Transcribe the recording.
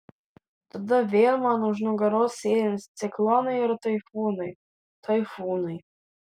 tada vėl man už nugaros sėlins ciklonai ir taifūnai taifūnai